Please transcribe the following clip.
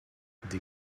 dig